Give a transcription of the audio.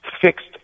fixed